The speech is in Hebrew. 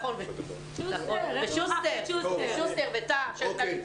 כמובן גם שוסטר יודע.